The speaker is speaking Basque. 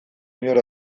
inor